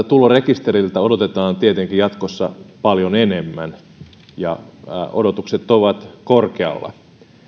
tulorekisteriltä odotetaan tietenkin jatkossa paljon enemmän ja odotukset ovat korkealla